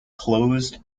closed